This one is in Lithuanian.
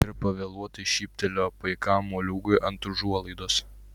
ir pavėluotai šyptelėjo paikam moliūgui ant užuolaidos